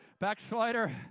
Backslider